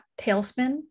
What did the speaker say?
tailspin